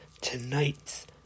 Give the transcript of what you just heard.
tonight's